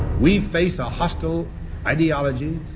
we face a hostile ideology,